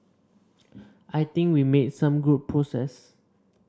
I think we made some good progress